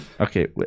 Okay